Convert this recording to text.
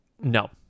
No